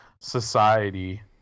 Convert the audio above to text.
society –